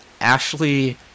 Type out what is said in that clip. Ashley